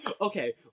Okay